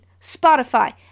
Spotify